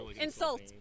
insult